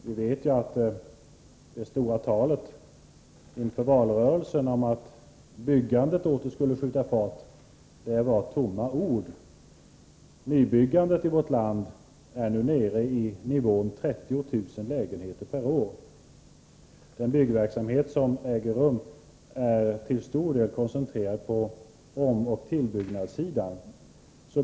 Vi vet att det stora talet inför valrörelsen om att byggandet åter skulle skjuta fart var tomma ord. Nybyggandet i vårt land är nu nere i nivån 30 000 lägenheter per år. Den byggverksamhet som äger rum är till stor del koncentrerad till omoch tillbyggnadssidan.